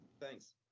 Thanks